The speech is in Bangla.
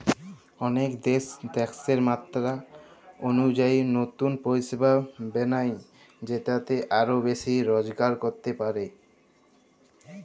অলেক দ্যাশ ট্যাকসের মাত্রা অলুজায়ি লতুল পরিষেবা বেলায় যেটতে আরও বেশি রজগার ক্যরতে পারে